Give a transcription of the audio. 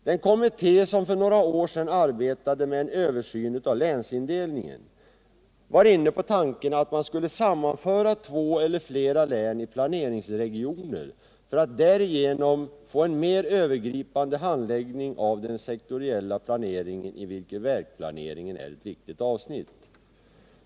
Den kommitté som för några år sedan arbetade med en översyn av länsindelningen var inne på tanken att sammanföra två eller flera län i planeringsregioner för att därigenom få en mer övergripande handläggning av den sektoriella planeringen, i vilken vägplaneringen är ett viktigt avsnitt.